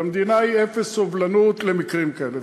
ולמדינה תהיה אפס סובלנות למקרים כאלה,